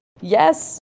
Yes